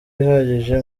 ihagije